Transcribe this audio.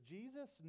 Jesus